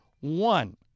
one